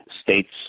states